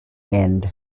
and